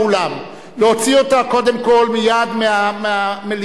להוציא אותה קודם כול מייד מהמליאה.